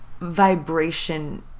vibration